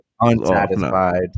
unsatisfied